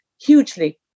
hugely